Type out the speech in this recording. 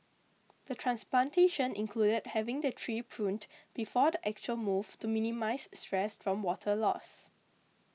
the transplantation included having the tree pruned before the actual move to minimise stress from water loss